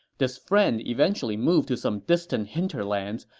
this friend eventually moved to some distant hinterlands,